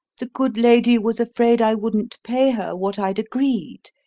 the good lady was afraid i wouldn't pay her what i'd agreed,